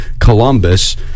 Columbus